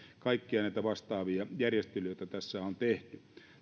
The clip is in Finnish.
kaikkia näitä vastaavia järjestelyitä joita tässä on tehty